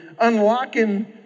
unlocking